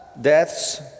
deaths